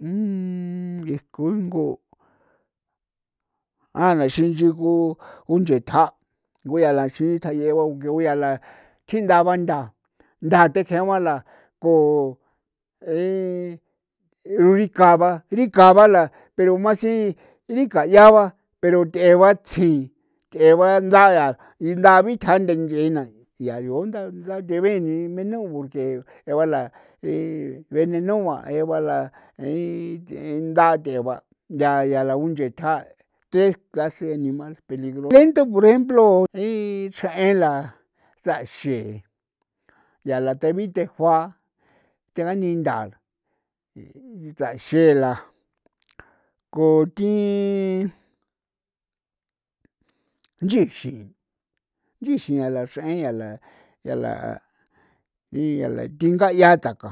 nge kungo a na la ixin ngo kjon unchee tja guyaa la xi tayee la ba ngue yaa la tindaa ba nthaa nthaa tethje ba la ko e dikao ba dikao ba la pero mas si dika yaa ba pero tjee ba tsjin tjee ba nda ia inda bitja ndanyee yaa rion ntha ntha thee beni meno porque je'e ba la venenu'a e ba la je'e th'e nda theba nda theao ba nthaa yaa la unchee tja tes kase animal peligroso porr ejemplo its'en la tsa'xe yaa la the bithejua thani nthaa uchaxe la ko ti nchixi nchixian laxre en yaa la yaa la tinga yaa tka